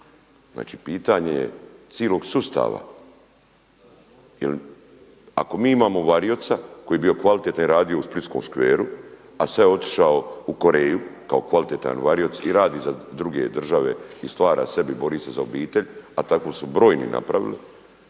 Znači pitanje je cilog sustava jel ako mi imamo varioca koji je bio kvalitetan i radio u splitskom Škveru, a sada je otišao u Koreju kao kvalitetan varioc i radi za druge države i stvara sebi, bori se za obitelj, a tko su brojni napravili,